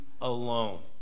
alone